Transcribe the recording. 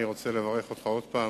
אני רוצה לברך אותך עוד פעם,